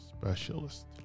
specialist